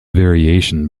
variation